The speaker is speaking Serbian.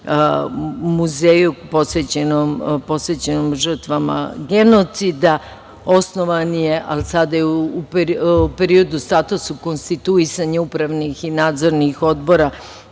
muzeju posvećenom žrtvama genocida, osnovan je, a sada je u periodu statusa konstituisanja upravnih i nadzornih odbora